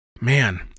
man